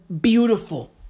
beautiful